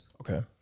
Okay